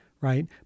right